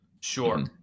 Sure